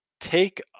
take